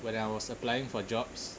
when I was applying for jobs